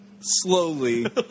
slowly